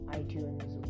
iTunes